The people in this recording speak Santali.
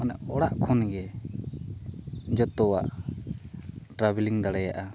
ᱚᱱᱮ ᱚᱲᱟᱜ ᱠᱷᱚᱱᱜᱮ ᱡᱚᱛᱚᱣᱟᱜ ᱴᱨᱟᱵᱷᱮᱞᱤᱝ ᱫᱟᱲᱮᱭᱟᱜᱼᱟ